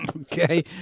Okay